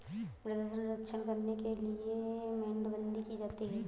मृदा संरक्षण करने के लिए मेड़बंदी की जाती है